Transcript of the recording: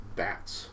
bats